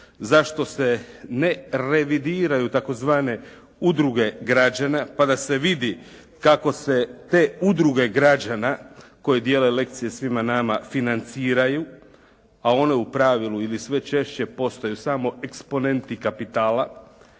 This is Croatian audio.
zašto se ne revidiraju tzv. Udruge građana, pa da se vidi kako se te udruge građana koje dijele lekcije svima nama financiraju, a one u pravilu ili sve češće postaju samo eksponenti kapitala.